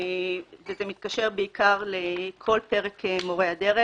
וזה מתקשר בעיקר לכל פרק מורי הדרך,